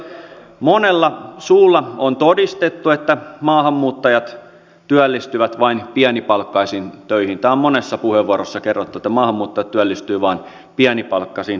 monella suulla on todistettu että maahanmuuttajat työllistyvät vain pienipalkkaisiin töihin tämä on monessa puheenvuorossa kerrottu että maahanmuuttajat työllistyvät vain pienipalkkaisiin töihin